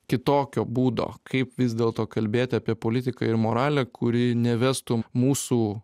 kitokio būdo kaip vis dėlto kalbėti apie politiką ir moralę kuri nevestų mūsų